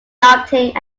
doubting